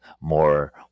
more